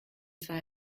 zwei